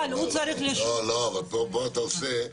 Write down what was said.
אבל הוא צריך ל --- לא, לא, אבל פה אתה עושה,